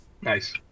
nice